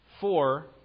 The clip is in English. four